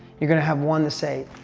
you're gonna have one to say, ah,